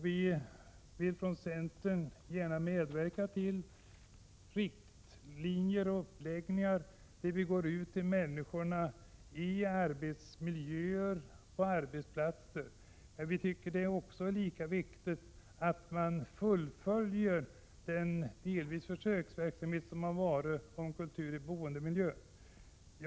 Vi i centern vill gärna medverka till riktlinjer för och uppläggning av denna verksamhet. Vi går nu ut till människorna på deras arbetsplatser och ger dem kultur i deras arbetsmiljö. Men vi tycker att det är lika viktigt att man fullföljer den försöksverksamhet med kultur i boendemiljö som pågått.